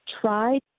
try